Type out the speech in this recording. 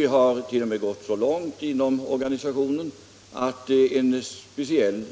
Vi har t.o.m. gått så långt inom organisationen att en speciell